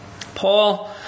Paul